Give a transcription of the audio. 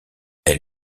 elle